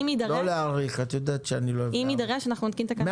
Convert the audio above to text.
ושאם יידרש יותקנו תקנות.